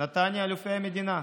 נתניה אלופי המדינה,